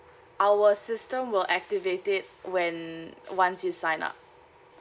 our system will activate it when once you sign up